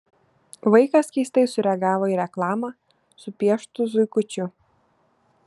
vaikas keistai sureagavo į reklamą su pieštu zuikučiu